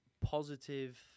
positive